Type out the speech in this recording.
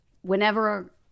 whenever